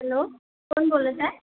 hello कोण बोलत आहे